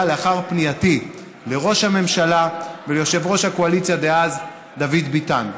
לאחר פנייתי לראש הממשלה וליושב-ראש הקואליציה דאז דוד ביטן.